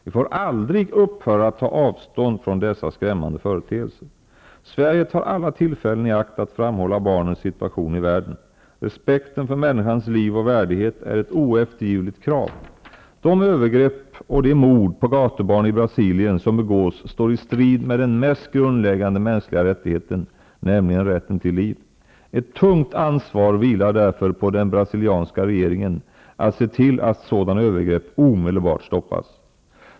Vi får aldrig upphöra att ta avstånd från dessa skrämmande företeelser! Sverige tar alla tillfällen i akt att framhålla barnens situation i världen. Re spekten för människans liv och värdighet är ett oeftergivligt krav. De över grepp och mord på gatubarn i Brasilien som begås står i strid med den mest grundläggande mänskliga rättigheten, nämligen rätten till liv. Ett tungt an svar vilar därför på den brasilianska regeringen att se till att sådana över grepp omedelbart stoppas.